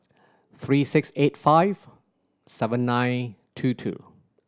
three six eight five seven nine two two